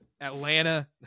Atlanta